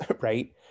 right